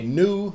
new